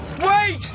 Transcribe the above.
Wait